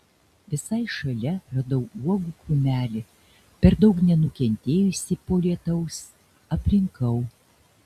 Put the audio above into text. visai šalia radau uogų krūmelį per daug nenukentėjusį po lietaus aprinkau